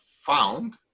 found